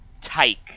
take